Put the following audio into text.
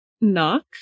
knock